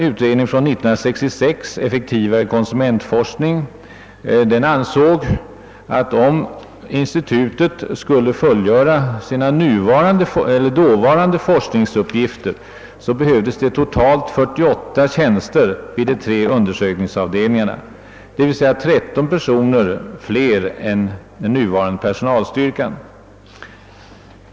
Utredningen från 1966, »Effektivare konsumentforskning», ansåg att om institutet skulle fullgöra sina dåvarande forskningsuppgifter behövdes totalt 48 tjänster vid de tre undersökningsavdelningarna, dvs. 13 personer utöver den nuvarande personalstyrkan.